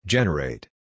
Generate